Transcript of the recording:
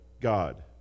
God